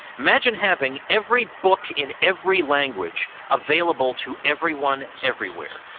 imagine having every book in every language available to everyone, everywhere.